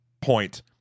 point